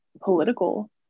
political